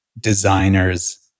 designers